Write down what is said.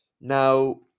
Now